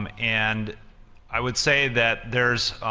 um and i would say that there's